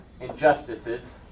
injustices